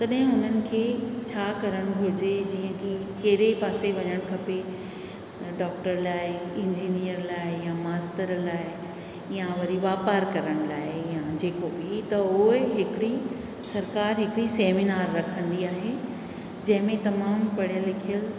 तॾहिं हुननि खे छा करणु घुर्जे जीअं कहिड़े पासे वञणु खपे डॉक्टर लाइ इंजीनियर लाइ या मास्टर लाइ या वरी वापारु करण लाइ या जेको बि त उहे हिकिड़ी सरकारी सेमिनार रखंदी आहे जंहिंमें तमामु पढ़ियल लिखियल